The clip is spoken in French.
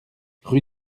rue